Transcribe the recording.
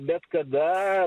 bet kada